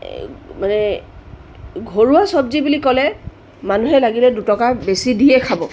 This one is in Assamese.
মানে ঘৰুৱা চব্জি বুলি ক'লে মানুহে লাগিলে দুটকা বেছি দিয়ে খাব